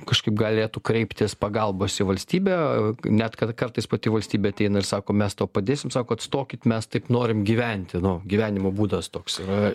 kažkaip galėtų kreiptis pagalbos į valstybę net kad kartais pati valstybė ateina ir sako mes to padėsim sako atstokit mes taip norim gyventi nu gyvenimo būdas toks yra